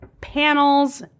panels